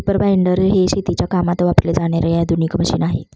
reaper binder हे शेतीच्या कामात वापरले जाणारे आधुनिक मशीन आहे